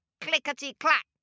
clickety-clack